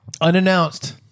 unannounced